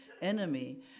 enemy